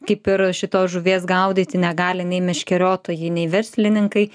kaip ir šitos žuvies gaudyti negali nei meškeriotojai nei verslininkai